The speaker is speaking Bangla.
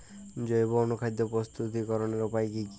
জৈব অনুখাদ্য প্রস্তুতিকরনের উপায় কী কী?